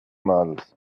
models